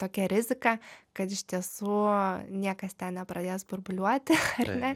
tokia rizika kad iš tiesų niekas ten nepradės burbuliuoti ar ne